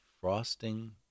Frosting